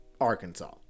Arkansas